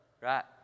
Right